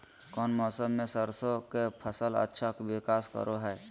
कौन मौसम मैं सरसों के फसल अच्छा विकास करो हय?